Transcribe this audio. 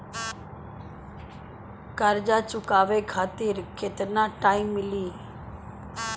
कर्जा चुकावे खातिर केतना टाइम मिली?